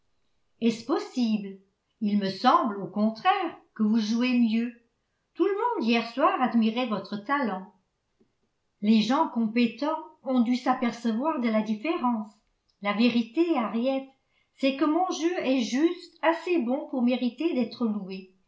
est-ce possible il me semble au contraire que vous jouez mieux tout le monde hier soir admirait votre talent les gens compétents ont dû s'apercevoir de la différence la vérité henriette c'est que mon jeu est juste assez bon pour mériter d'être loué